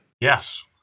Yes